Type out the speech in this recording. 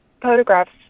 photographs